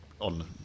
on